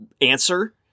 answer